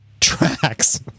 tracks